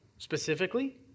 Specifically